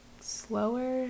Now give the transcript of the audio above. slower